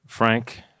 Frank